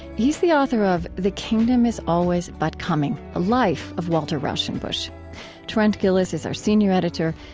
he is the author of the kingdom is always but coming a life of walter rauschenbusch trent gilliss is our senior editor.